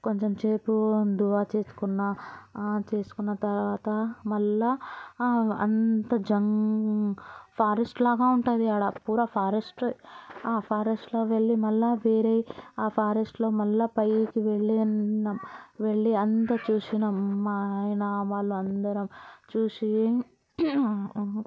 కొంచెం సేపు ఉండి యోగా చేసుకున్నా చేసుకున్నా తర్వాత మల్ల అంత జం ఫారెస్ట్ లాగా ఉంటుందా అక్కడ పూర ఫారెస్ట్ ఆ ఫారెస్ట్ లోకి వెళ్లి మల్ల వేరే ఆ ఫారెస్ట్ లో మళ్ళా పైకి వెళ్లి వెళ్లి అంతా చూసినాము మా ఆయన వాళ్ళందరం చూసి